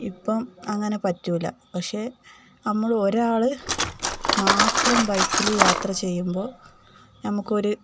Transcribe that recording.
ഇപ്പം അങ്ങനെ പറ്റില്ല പക്ഷേ നമ്മളൊരാള് മാത്രം ബൈക്കില് യാത്ര ചെയ്യുമ്പോള് നമുക്കൊരു